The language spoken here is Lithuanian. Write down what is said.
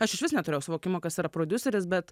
aš išvis neturėjau suvokimo kas yra prodiuseris bet